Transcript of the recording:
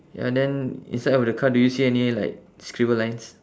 ya then inside of the car do you see any like scribble lines